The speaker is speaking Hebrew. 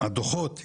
שהדוחות מתעכבים,